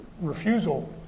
refusal